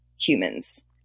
humans